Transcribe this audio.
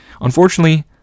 Unfortunately